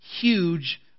huge